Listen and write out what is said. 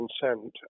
consent